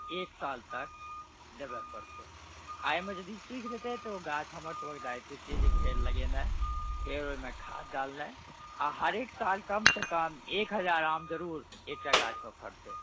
एक साल तक देबऽ पड़तै आओर एहिमे यदि सुखि जेतै तऽ ओ गाछ हमर सबके दायित्व छिए जे फेर लगेनाइ फेर ओहिमे खाद डालनाइ आओर हरेक साल कमसँ कम एक हजार आम जरूर एकटा गाछमे फड़तै